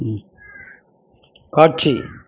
ம் காட்சி